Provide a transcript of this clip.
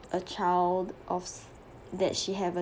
a child of that she have a